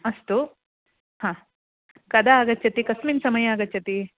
अस्तु हा कदा आगच्छतु कस्मिन् समये आगच्छति